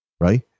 right